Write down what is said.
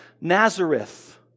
Nazareth